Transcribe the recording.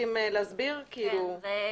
זאת